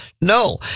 No